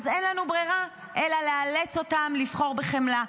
אז אין לנו ברירה אלא לאלץ אותם לבחור בחמלה.